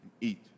eat